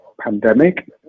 pandemic